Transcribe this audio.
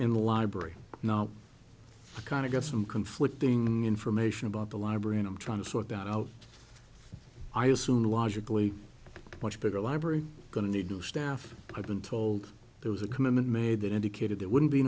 in the library not the kind of got some conflicting information about the library and i'm trying to sort that out i assume logically much better library going to need to staff i've been told there was a commitment made that indicated there wouldn't be